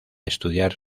estudiar